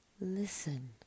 listen